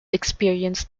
experience